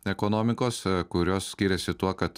ekonomikos kurios skiriasi tuo kad